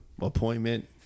Appointment